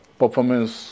performance